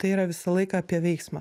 tai yra visą laiką apie veiksmą